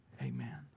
Amen